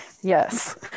yes